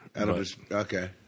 Okay